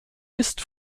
ist